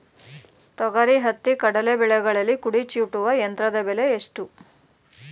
ತೊಗರಿ, ಹತ್ತಿ, ಕಡಲೆ ಬೆಳೆಗಳಲ್ಲಿ ಕುಡಿ ಚೂಟುವ ಯಂತ್ರದ ಬೆಲೆ ಎಷ್ಟು?